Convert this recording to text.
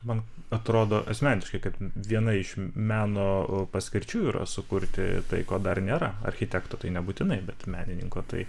man atrodo asmeniškai kad viena iš meno paskirčių yra sukurti tai ko dar nėra architekto tai nebūtinai bet menininko tai